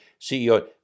CEO